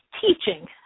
teaching